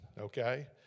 okay